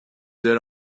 ailes